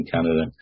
Canada